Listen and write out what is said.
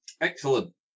Excellent